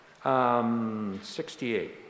68